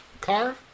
car